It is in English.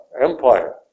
Empire